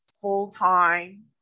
full-time